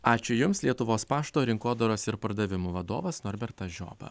ačiū jums lietuvos pašto rinkodaros ir pardavimų vadovas norbertas žioba